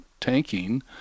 tanking